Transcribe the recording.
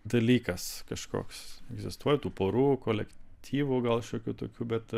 dalykas kažkoks egzistuoja tų porų kolektyvų gal šiokių tokių bet